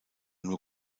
nur